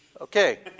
Okay